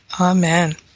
Amen